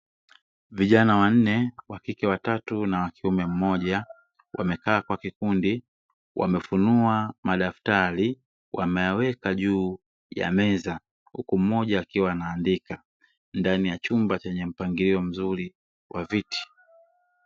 Vijana wanne wakike watatu na wakiume mmoja wamekaa kwa kikundi wamefunua madaftari wameyaweka juu ya meza huku mmoja akiwa anaandika ndani ya chumba chenye mpangilio mzuri wa viti.